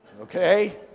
okay